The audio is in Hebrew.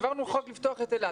העברנו חוק לפתוח את אילת.